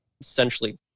essentially